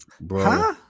bro